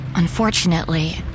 Unfortunately